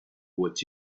what